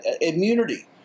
immunity